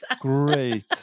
great